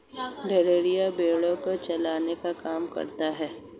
गड़ेरिया भेड़ो को चराने का काम करता है